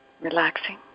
relaxing